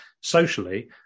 socially